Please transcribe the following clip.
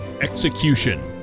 Execution